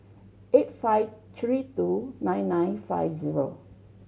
eight five three two nine nine five zero